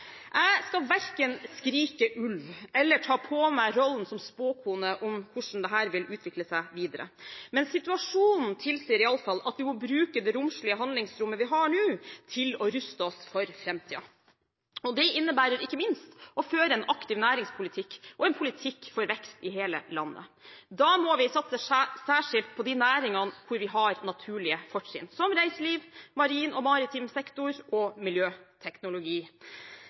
Jeg skal verken skrike ulv eller ta på meg rollen som spåkone om hvordan dette vil utvikle seg videre, men situasjonen tilsier i alle fall at vi må bruke det romslige handlingsrommet vi har nå, til å ruste oss for framtiden. Det innebærer ikke minst å føre en aktiv næringspolitikk og en politikk for vekst i hele landet. Da må vi satse særskilt på de næringene hvor vi har naturlige fortrinn, som reiseliv, marin og maritim sektor og miljøteknologi.